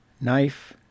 knife